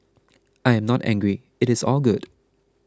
I am not angry it is all good